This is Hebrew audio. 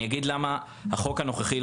אגיד למה החוק הנוכחי,